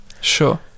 sure